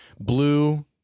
blue